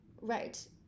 Right